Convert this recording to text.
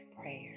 prayer